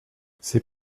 c’est